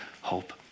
hope